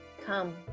Come